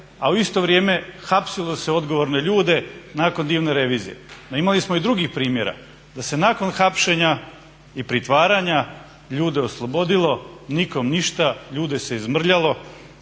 a u isto vrijeme hapsilo se odgovorne ljude nakon divne revizije. No, imali smo i drugih primjera, da se nakon hapšenja i pritvaranja ljude oslobodilo, nikom ništa. Ljude se izmrljalo